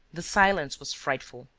the silence was frightful.